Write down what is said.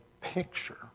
picture